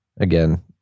Again